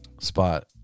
spot